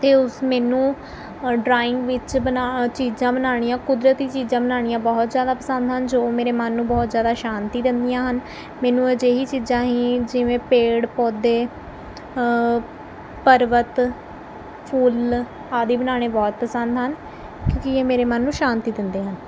ਅਤੇ ਉਸ ਮੈਨੂੰ ਅ ਡਰਾਇੰਗ ਵਿੱਚ ਬਣਾ ਚੀਜ਼ਾਂ ਬਣਾਉਣੀਆਂ ਕੁਦਰਤੀ ਚੀਜ਼ਾਂ ਬਣਾਉਣੀਆਂ ਬਹੁਤ ਜ਼ਿਆਦਾ ਪਸੰਦ ਹਨ ਜੋ ਮੇਰੇ ਮਨ ਨੂੰ ਬਹੁਤ ਜ਼ਿਆਦਾ ਸ਼ਾਂਤੀ ਦਿੰਦੀਆਂ ਹਨ ਮੈਨੂੰ ਅਜਿਹੀ ਚੀਜ਼ਾਂ ਹੀ ਜਿਵੇਂ ਪੇੜ ਪੌਦੇ ਪਰਬਤ ਫੁੱਲ ਆਦਿ ਬਣਾਉਣੇ ਬਹੁਤ ਪਸੰਦ ਹਨ ਕਿਉਂਕਿ ਇਹ ਮੇਰੇ ਮਨ ਨੂੰ ਸ਼ਾਂਤੀ ਦਿੰਦੇ ਹਨ